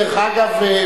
דרך אגב,